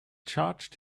charged